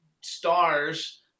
stars